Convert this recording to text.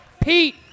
Pete